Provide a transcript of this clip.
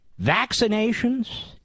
vaccinations